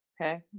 Okay